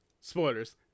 Spoilers